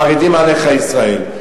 חרדים עליך ישראל.